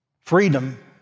Freedom